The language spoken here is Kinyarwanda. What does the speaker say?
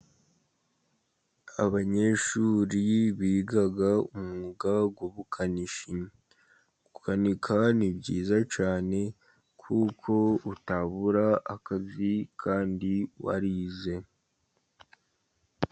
Abanyeshuri biga umwuga w'ubukanishi, gukanika ni byiza cyane kuko utabura akazi kandi warize.